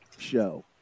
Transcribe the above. Show